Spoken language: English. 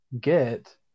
get